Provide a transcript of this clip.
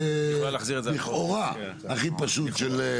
לכאורה הכי פשוט.